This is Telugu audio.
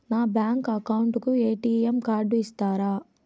నా బ్యాంకు అకౌంట్ కు ఎ.టి.ఎం కార్డు ఇస్తారా